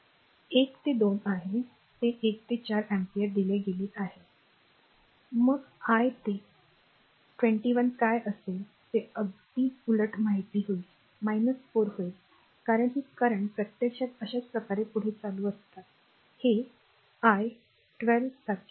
1 ते 2 आहे ते 1 ते 4 अँपिअर दिले गेले आहे मग आय ते 21 काय असेल ते अगदी उलट माहित होईल 4 होईल कारण ही करंट प्रत्यक्षात अशाच प्रकारे पुढे चालू असताना हे I12 सारखे येते